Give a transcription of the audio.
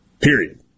period